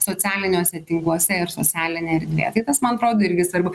socialiniuose tinkluose ir socialinėje erdvėje tai tas man atrodo irgi svarbu